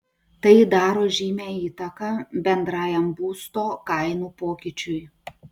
tai daro žymią įtaką bendrajam būsto kainų pokyčiui